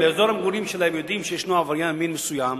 אם אנשים יודעים שבאזור המגורים שלהם ישנו עבריין מין מסוים,